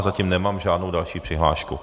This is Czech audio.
Zatím nemám žádnou další přihlášku.